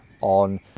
on